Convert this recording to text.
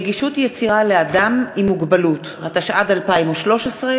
זהבה גלאון, מיקי רוזנטל,